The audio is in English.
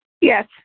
Yes